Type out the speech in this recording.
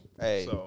Hey